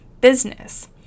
business